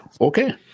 Okay